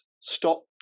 stop